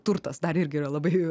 turtas dar irgi yra labai